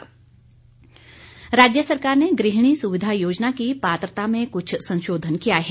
गुहिणी सुविधा राज्य सरकार ने गृहिणी सुविधा योजना की पात्रता में कुछ संशोधन किया है